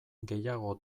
gehiago